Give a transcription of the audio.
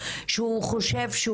שהוא חושב שהוא